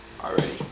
already